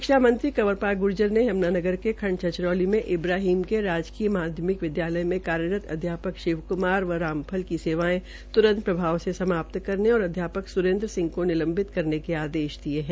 शिक्षा मंत्री कंवर पाल ग्र्जर ने यम्नानगर के खंड छछरौली में इब्राहीम के राजकीय माध्यमिक विधालय में कार्यरत अध्यापक शिव कुमार व रामफल की सेवायें त्रंत प्रभाव से समाप्त करने और अध्यापक स्रेन्द्र सिंह को निलंवित करने के आदेश दिये है